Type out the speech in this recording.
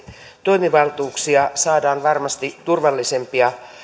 toimivaltuuksia saadaan varmasti turvallisempia